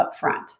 upfront